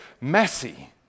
messy